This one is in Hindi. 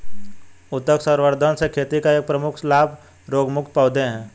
उत्तक संवर्धन से खेती का एक प्रमुख लाभ रोगमुक्त पौधे हैं